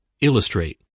Illustrate